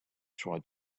tried